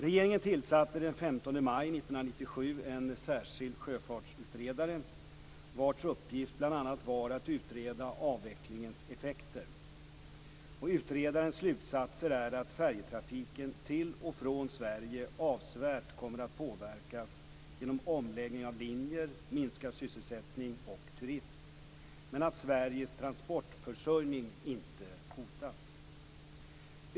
Regeringen tillsatte den 15 maj 1997 en särskild sjöfartsutredare vars uppgift bl.a. var att utreda avvecklingens effekter. Utredarens slutsatser är att färjetrafiken till och från Sverige avsevärt kommer att påverkas genom omläggning av linjer, minskad sysselsättning och turism, men att Sveriges transportförsörjning inte hotas.